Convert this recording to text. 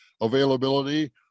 availability